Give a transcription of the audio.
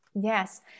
Yes